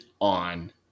on